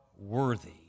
worthy